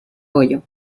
bollo